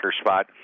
spot